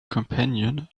companion